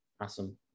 Awesome